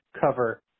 cover